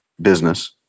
business